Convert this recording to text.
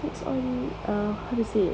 it's all uh how to say it ah